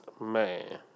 Man